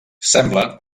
sembla